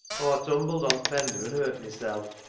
tumbled ont' fender and hurt mysel'.